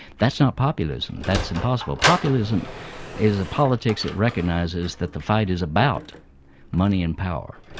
that's not populism. that's impossible. populism is a politics that recognises that the fight is about money and power.